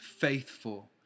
faithful